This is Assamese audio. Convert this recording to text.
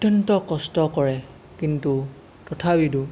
অত্য়ন্ত কষ্ট কৰে কিন্তু তথাপিতো